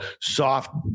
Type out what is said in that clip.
soft